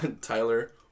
Tyler